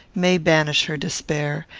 may banish her despair,